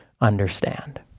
understand